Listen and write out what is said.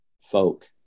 folk